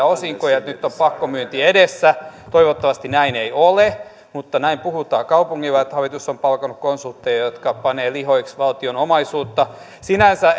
osinkoja ja että nyt on pakkomyynti edessä toivottavasti näin ei ole mutta näin puhutaan kaupungilla että hallitus on palkannut konsultteja jotka panevat lihoiksi valtion omaisuutta sinänsä